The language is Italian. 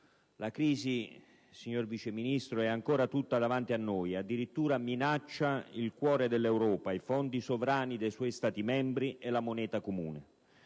La crisi, signor Vice Ministro, è ancora tutta davanti a noi e minaccia addirittura il cuore dell'Europa, i fondi sovrani dei suoi Stati membri e la moneta comune.